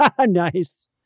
Nice